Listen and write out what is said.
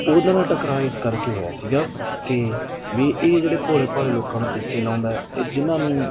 ਉਹਨਾ ਨਾਲ ਟਕਰਾਅ ਇਸ ਕਰਕੇ ਹੋਇਆ ਸੀਗਾ ਕਿ ਵੀ ਇਹ ਜਿਹੜੇ ਭੋਲੇ ਭਾਲੇ ਲੋਕਾਂ ਨੂੰ ਪਿੱਛੇ ਲਾਉਂਦਾ ਅਤੇ ਜਿਹਨਾਂ ਨੂੰ